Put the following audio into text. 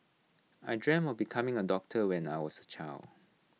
I dreamt of becoming A doctor when I was A child